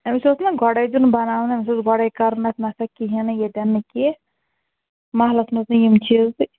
أمِس اوس نہ گۄڈَے دیُن بناونہٕ أمِس اوس گۄڈَے کَرُن اتھ نَہ سا کِہیٖنۍ نہٕ ییٚتٮ۪ن نہٕ کینٛہہ مَحلَس مَنٛز نہٕ یِم چیٖزٕے